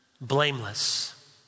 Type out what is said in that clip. Blameless